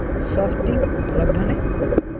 soft drink উপলব্ধনে